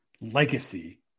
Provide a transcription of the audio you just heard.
legacy